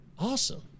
Awesome